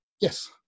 Yes